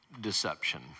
deception